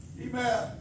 Amen